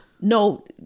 No